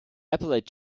appellate